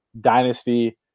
dynasty